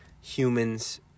humans